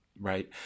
right